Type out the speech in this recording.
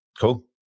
Cool